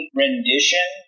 rendition